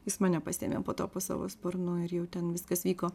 jis mane pasiėmė po to po savo sparnu ir jau ten viskas vyko